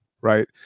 right